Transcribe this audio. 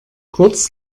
kurz